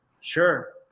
Sure